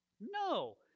No